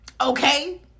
Okay